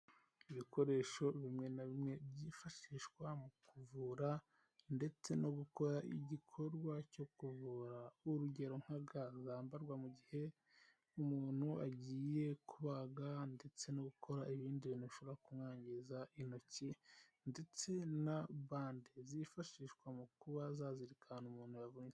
Ibikoresho bimwe na bimwe byifashishwa mu kuvura ndetse no gukora igikorwa cyo kuvura urugero nka ga, zambarwa mu gihe umuntu agiye kubaga ndetse no gukora ibindi bintu bishobora kumwangiza intoki, ndetse na bande zifashishwa mu kuba zazirika ahantu umuntu yavunitse.